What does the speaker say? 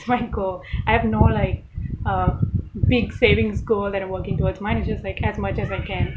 that's my goal I have no like uh big savings goal that I'm working towards mine is just like as much as I can